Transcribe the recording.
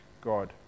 God